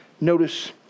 Notice